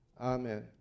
Amen